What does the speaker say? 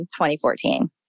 2014